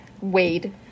wade